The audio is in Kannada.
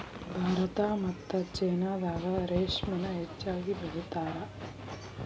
ಭಾರತಾ ಮತ್ತ ಚೇನಾದಾಗ ರೇಶ್ಮಿನ ಹೆಚ್ಚಾಗಿ ಬೆಳಿತಾರ